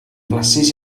flasus